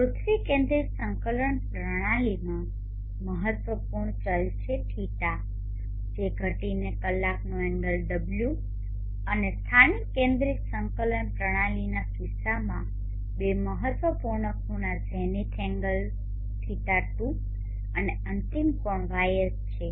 પૃથ્વી કેન્દ્રિત સંકલન પ્રણાલીમાં મહત્વપૂર્ણ ચલો છે δ જે ઘટીને કલાકનો એંગલ ω અને સ્થાનિક કેન્દ્રિત સંકલન પ્રણાલીના કિસ્સામાં બે મહત્વપૂર્ણ ખૂણા ઝેનિથ એન્ગલ θz અને અંતિમ કોણ γS છે